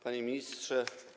Panie Ministrze!